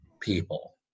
people